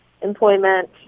employment